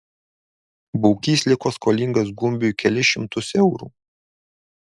baukys liko skolingas gumbiui kelis šimtus eurų